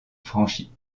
franchi